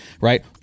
right